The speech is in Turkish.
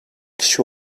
kişi